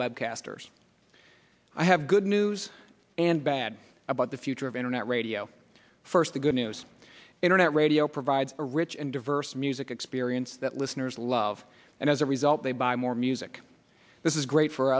web casters i have good news and bad about the future of internet radio first the good news internet radio provides a rich and diverse music experience that listeners love and as a result they buy more music this is great for